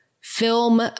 film